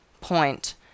point